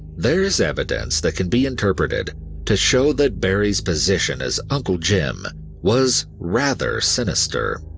there is evidence that can be interpreted to show that barrie's position as uncle jim was rather sinister.